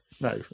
No